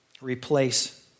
replace